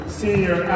senior